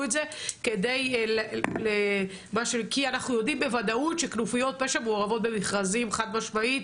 את זה כי אנחנו יודעים בוודאות שכנופיות פשע מעורבות במכרזים חד משמעית